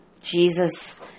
Jesus